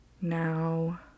now